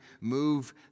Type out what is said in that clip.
move